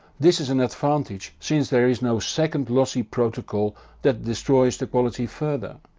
this is an advantage since there is no second lossy protocol that destroys the quality further.